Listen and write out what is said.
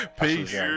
peace